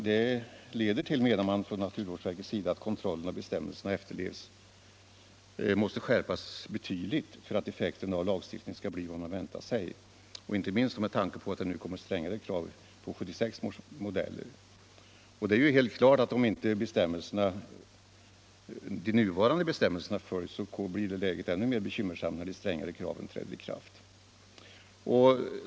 Detta leder till, menar naturvårdsverket, att kontrollen av att bestämmelserna efterlevs måste skärpas betydligt för att effekten av lagstiftningen skall bli vad man väntat sig, inte minst med tanke på att det nu kommer strängare krav på 1976 års modeller. Och det är ju helt klart att om inte ens de nuvarande bestämmelserna följs, så blir läget ännu mera bekymmersamt när de strängare kraven träder i kraft.